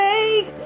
Take